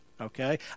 okay